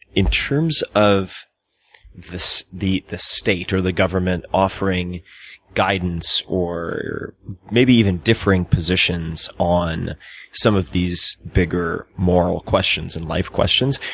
in terms of the the state or the government offering guidance, or maybe even differing positions on some of these bigger moral questions and life questions,